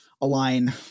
align